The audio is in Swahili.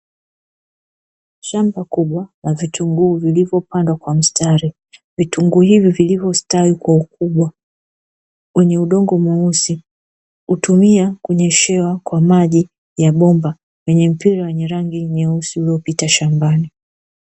Shamba kubwa la vitunguu vilivyopandwa kwa mstari vitunguu hivi vilivyostawi kwa ukubwa wenye udongo mweusi hutumia kunyeshewa kwa maji ya bomba wenye mpira wenye rangi nyeusi uliopita shambani.